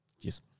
Cheers